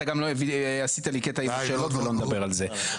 אתה עשית לי קטע עם השאלות ולא נדבר על זה.